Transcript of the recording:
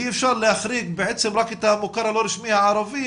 אי אפשר להחריג בעצם רק את המוכר הלא רשמי הערבי